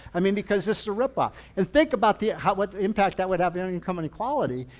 i mean, because this is a rip off. and think about the ah ah but the impact that would have in your income and equality,